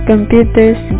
Computers